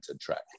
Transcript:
track